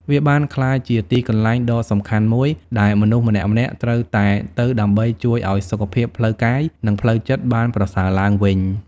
វាបានក្លាយជាទីកន្លែងដ៏សំខាន់មួយដែលមនុស្សម្នាក់ៗត្រូវតែទៅដើម្បីជួយឱ្យសុខភាពផ្លូវកាយ និងផ្លូវចិត្តបានប្រសើរឡើងវិញ។